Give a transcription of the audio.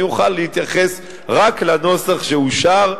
אני אוכל להתייחס רק לנוסח שאושר,